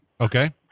Okay